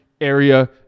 area